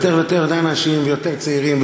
יותר אנשים ויותר צעירים.